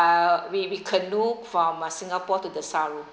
we we canoe from singapore to desaru